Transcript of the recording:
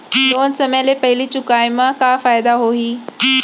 Loan समय ले पहिली चुकाए मा का फायदा होही?